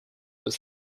was